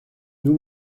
nous